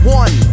one